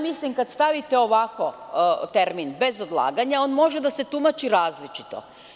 Mislim da, kada stavite ovako termin: „bez odlaganja“, on može da se tumači različito.